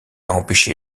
empêché